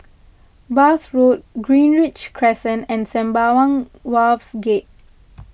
Bath Road Greenridge Crescent and Sembawang Wharves Gate